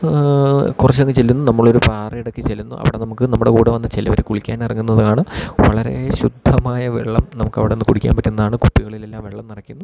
കുറച്ചൊക്കെ ചെല്ലുന്നു നമ്മളൊരു പാറ ഇടുക്ക് ചെല്ലുന്നു അവിടെ നമുക്ക് നമ്മുടെ കൂടെ വന്ന് ചിലവർ കുളിക്കാൻ ഇറങ്ങുന്നതാണ് വളരെ ശുദ്ധമായ വെള്ളം നമുക്ക് അവിടുന്ന് കുടിക്കാൻ പറ്റുന്നതാണ് കുപ്പികളിലെല്ലാം വെള്ളം നിറക്കുന്നു